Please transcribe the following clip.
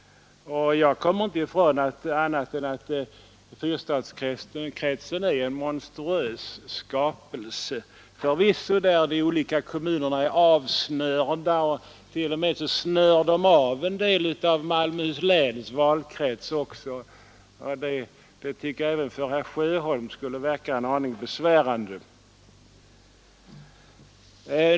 Jag kommer inte ifrån att fyrstadskretsen förvisso är en monstruös skapelse. De olika kommunerna är avsnörda, och man snör t.o.m. av Malmöhus läns valkrets i två från varandra isolerade. Det tycker jag skulle vara en aning besvärande även för herr Sjöholm.